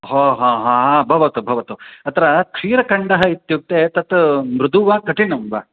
हो हो हा भवतु भवतु अत्र क्षीरखण्डः इत्युक्ते तत् मृदुः वा कठिनं वा